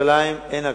בירושלים אין הקפאה.